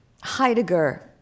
Heidegger